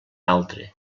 altre